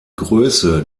größe